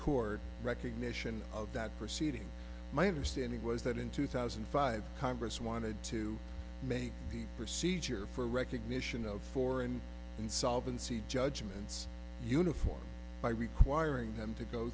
court recognition of that proceeding my understanding was that in two thousand and five congress wanted to make the procedure for recognition of for and insolvency judgments uniform by requiring them to go